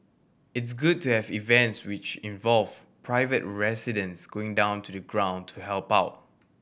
it's good to have events which involve private residents going down to the ground to help out